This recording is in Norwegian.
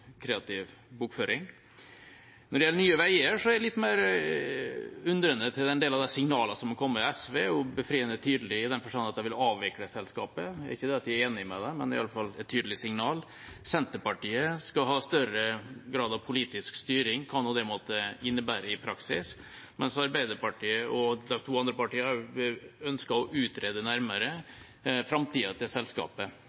kreativ bokføring. Når det gjelder Nye Veier, er jeg litt mer undrende til en del av de signalene som har kommet. SV er befriende tydelig i den forstand at de vil avvikle selskapet. Ikke det at jeg er enig med dem, men det er iallfall et tydelig signal. Senterpartiet skal ha større grad av politisk styring, hva nå det måtte innebære i praksis, mens Arbeiderpartiet og de to andre partiene ønsker å utrede